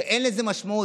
שאין לזה משמעות.